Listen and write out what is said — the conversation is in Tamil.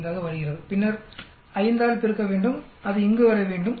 5 ஆக வருகிறது பின்னர் 5 ஆல் பெருக்கவேண்டும் அது இங்கு வர வேண்டும்